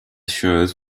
shows